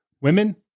Women